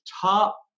top